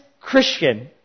Christian